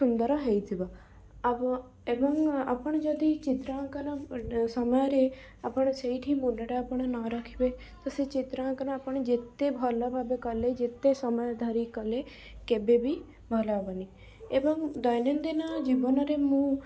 ସୁନ୍ଦର ହେଇଥିବ ଆଉ ଏବଂ ଆପଣ ଯଦି ଚିତ୍ରାଙ୍କନ ସମୟରେ ଆପଣ ସେଇଠି ମୁଣ୍ଡଟା ଆପଣ ନ ରଖିବେ ସେ ଚିତ୍ରାଙ୍କନ ଆପଣ ଯେତେ ଭଲ ଭାବେ କଲେ ଯେତେ ସମୟ ଧରି କଲେ କେବେବି ଭଲ ହବନି ଏବଂ ଦୈନନ୍ଦିନ ଜୀବନରେ ମୁଁ